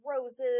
roses